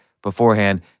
beforehand